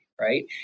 Right